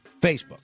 Facebook